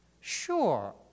sure